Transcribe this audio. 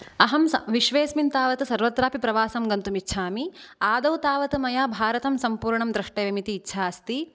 अहं विश्वेस्मिन् तावद् सर्वत्रापि प्रवासं गन्तुम् इच्छामि आदौ तावद् मया भारतं सम्पूर्णं द्रष्टव्यं इति इच्छा अस्ति